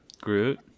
Groot